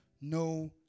no